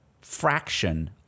fraction